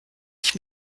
ich